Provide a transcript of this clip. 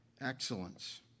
excellence